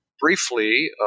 briefly